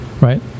Right